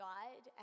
God